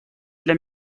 для